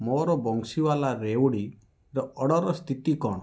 ମୋର ବଂଶୀୱାଲା ରେୱଡ଼ି ଅର୍ଡ଼ର୍ର ସ୍ଥିତି କ'ଣ